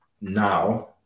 now